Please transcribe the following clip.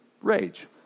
rage